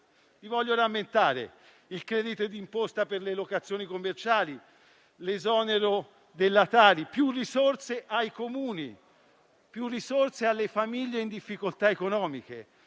Voglio rammentare il credito di imposta per le locazioni commerciali, l'esonero della Tari, le maggiori risorse ai Comuni e alle famiglie in difficoltà economiche.